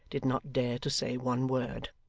did not dare to say one word.